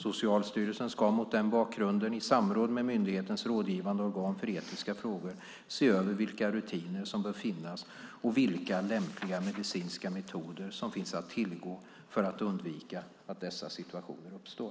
Socialstyrelsen ska mot denna bakgrund, i samråd med myndighetens rådgivande organ för etiska frågor, se över vilka rutiner som bör finnas och vilka lämpliga medicinska metoder som finns att tillgå för att undvika att dessa situationer uppstår.